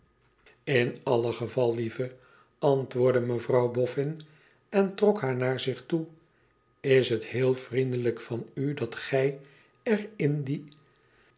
iln alle geval lieve antwoordde mevrouw boffin en trok haar naar zich toe lis het heel vriendelijk van u dat gij er die